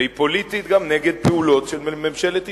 והיא פוליטית גם נגד פעולות של ממשלת ישראל.